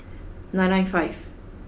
nine nine five